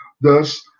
thus